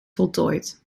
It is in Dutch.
voltooid